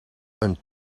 een